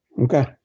Okay